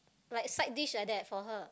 like side dish like that for her